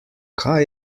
kaj